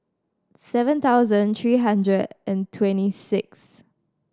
seven thousand three hundred and twenty sixth